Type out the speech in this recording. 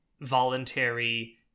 voluntary